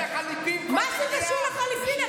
החליפין, מה זה קשור לחליפין?